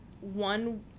one